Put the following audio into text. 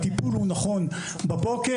הטיפול הוא נכון בבוקר.